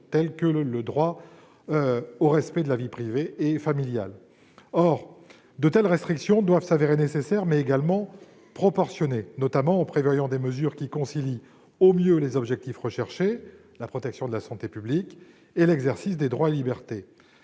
tels que le droit au respect de la vie privée et familiale. Or de telles restrictions doivent s'avérer non seulement nécessaires, mais également proportionnées. Il s'agit de prévoir des mesures qui concilient au mieux l'objectif visé, à savoir la protection de la santé publique, et l'exercice des droits et libertés.